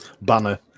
banner